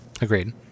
Agreed